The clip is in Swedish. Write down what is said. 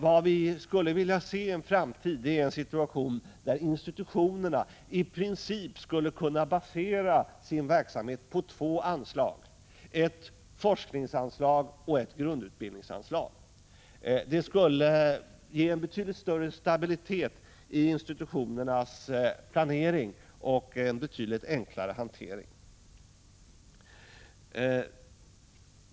Vad vi skulle vilja se i en framtid är en situation där institutionerna i princip skulle kunna basera sin verksamhet på två anslag — ett forskningsanslag och ett grundutbildningsanslag. Det skulle ge betydligt större stabilitet i institutionernas planering och en betydligt enklare hantering.